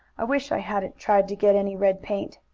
i wish i hadn't tried to get any red paint.